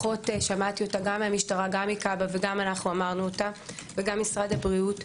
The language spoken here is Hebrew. ששמעתי גם מן המשטרה וגם מכב"ה וגם אנחנו אמרנו אותה וגם משרד הבריאות,